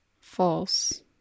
False